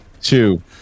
two